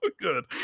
good